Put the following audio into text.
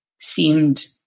seemed